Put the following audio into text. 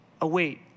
await